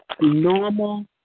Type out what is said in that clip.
normal